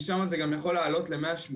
כי שם זה גם יכול לעלות ל-180,